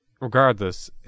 regardless